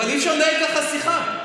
אבל אי-אפשר לנהל ככה שיחה.